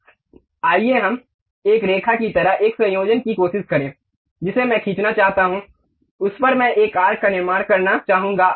अब आइए हम एक रेखा की तरह एक संयोजन की कोशिश करें जिसे मैं खींचना चाहता हूं उस पर मैं एक आर्क का निर्माण करना चाहूंगा